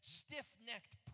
stiff-necked